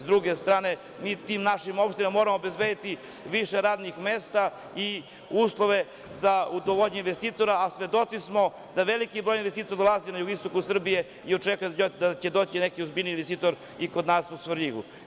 Sa druge strane, mi tim našim opštinama moramo obezbediti više radnih mesta i uslove za dovođenje investitora, a svedoci smo da veliki broj investitora dolazi na jugoistoku Srbije i očekuje da će doći neki ozbiljniji investitor i kod nas u Svrljigu.